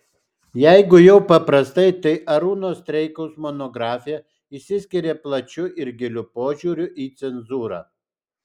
jeigu jau paprastai tai arūno streikaus monografija išsiskiria plačiu ir giliu požiūriu į cenzūrą